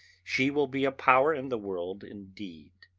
she will be a power in the world indeed.